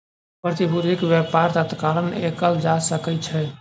प्रतिभूतिक व्यापार तत्काल कएल जा सकै छै